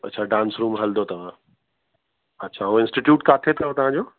अच्छा dance room हलंदो अथव अच्छा हो इंस्टीट्यूट किथे अथव तव्हांजो